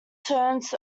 turns